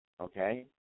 okay